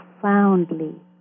profoundly